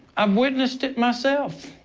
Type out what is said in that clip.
um witnessed it myself.